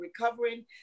recovering